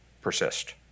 persist